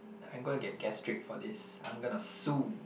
I'm gonna get gastric for this I'm gonna sue